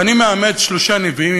ואני מאמץ שלושה נביאים.